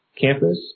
campus